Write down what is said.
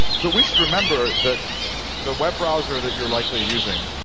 but we should remember that the web browser that you're likely using,